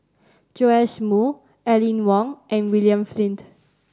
Joash Moo Aline Wong and William Flint